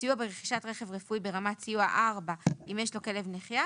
סיוע ברכישת רכב רפואי ברמת סיוע 4 אם יש לו כלב נחיה,